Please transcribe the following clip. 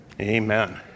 amen